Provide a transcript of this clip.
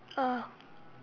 oh